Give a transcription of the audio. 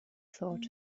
thought